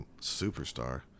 superstar